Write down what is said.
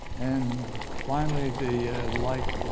and finally, the light